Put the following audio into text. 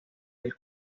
del